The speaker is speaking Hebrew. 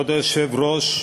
כבוד היושב-ראש,